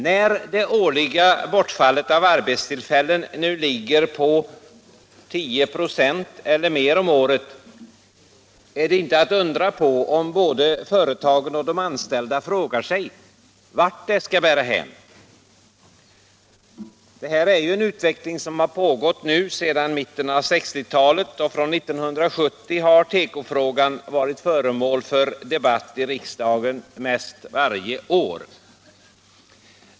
När det årliga bortfallet av arbetstillfällen nu ligger på 10 96 eller mer om året är det inte att undra på om både företagen och de anställda frågar sig vart det skall bära hän. Det här är en utveckling som pågått sedan mitten av 1960-talet, och från 1970 har tekofrågan varit föremål för debatt i riksdagen mest varje år.